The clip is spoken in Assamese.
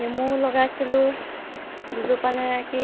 নেমু লগাইছিলোঁ দুজোপা নে কি